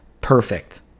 Perfect